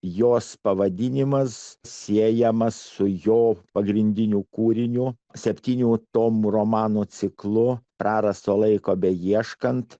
jos pavadinimas siejamas su jo pagrindinių kūrinių septynių tomų romanų ciklo prarasto laiko beieškant